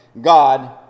God